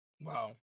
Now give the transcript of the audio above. Wow